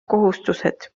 kohustused